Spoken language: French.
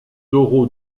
toro